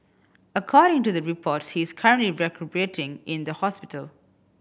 according to the reports he is currently recuperating in the hospital